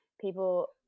people